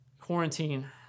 quarantine